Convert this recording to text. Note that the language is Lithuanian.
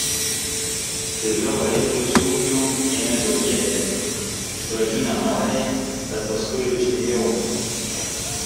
staiga variklių sūkių ėmė daugėti iš pradžių nenoriai bet paskui ryžtingiau